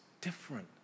different